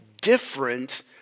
different